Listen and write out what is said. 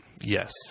Yes